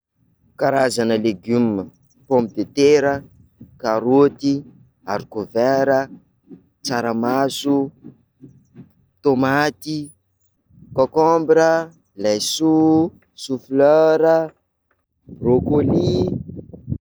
Karazana légume: pomme de tera, karaoty, haricot vert, tsaramaso, tomaty, concombre, laisoa, chou fleura, broccoli.